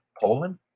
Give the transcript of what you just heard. Poland